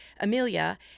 Amelia